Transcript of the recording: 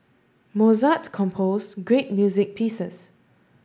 Mozart composed great music pieces